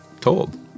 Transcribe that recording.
told